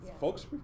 folks